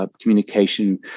communication